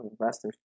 investors